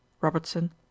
Robertson